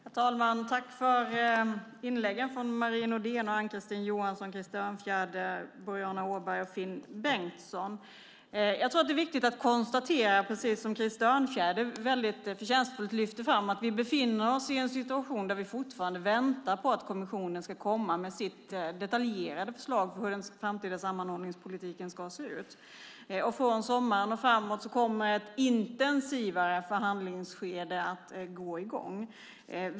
Herr talman! Tack för inläggen från Marie Nordén, Ann-Kristine Johansson, Krister Örnfjäder, Boriana Åberg och Finn Bengtsson. Det är viktigt att konstatera att vi, precis som Krister Örnfjäder på ett mycket förtjänstfullt sätt lyfte fram, befinner oss i en situation där vi fortfarande väntar på att kommissionen ska komma med sitt detaljerade förslag till hur den framtida sammanhållningspolitiken ska se ut. Från sommaren och framåt kommer ett intensivare förhandlingsskede att gå i gång.